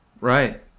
right